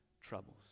troubles